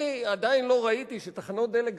אני עדיין לא ראיתי שתחנות דלק,